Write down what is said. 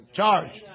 Charge